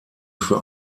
für